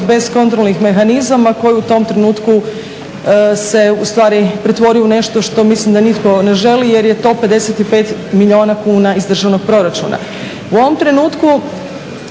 bez kontrolnih mehanizama koji u tom trenutku se u stvari pretvori u nešto što mislim da nitko ne želi, jer je to 55 milijuna kuna iz državnog proračuna. U ovom trenutku,